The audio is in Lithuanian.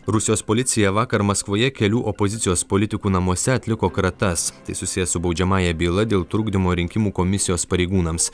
rusijos policija vakar maskvoje kelių opozicijos politikų namuose atliko kratas tai susiję su baudžiamąja byla dėl trukdymo rinkimų komisijos pareigūnams